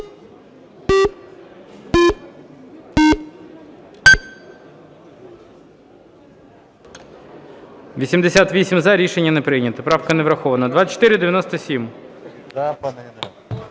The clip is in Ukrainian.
За-70 Рішення не прийнято. Правка не врахована. 3099.